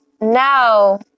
now